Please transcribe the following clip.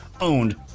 owned